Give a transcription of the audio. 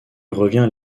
revient